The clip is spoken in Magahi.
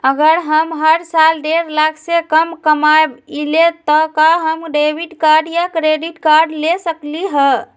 अगर हम हर साल डेढ़ लाख से कम कमावईले त का हम डेबिट कार्ड या क्रेडिट कार्ड ले सकली ह?